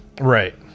right